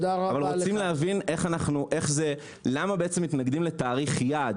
אנחנו רוצים להבין למה מתנגדים לתאריך יעד,